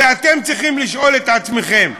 ואתם צריכים לשאול את עצמכם: